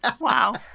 Wow